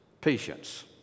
patience